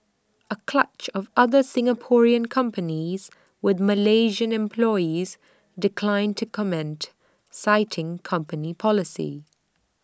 A clutch of other Singaporean companies with Malaysian employees declined to comment citing company policy